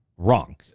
Wrong